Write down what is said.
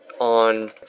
on